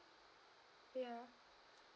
ya